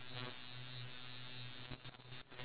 due to the fact that